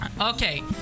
Okay